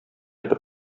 бер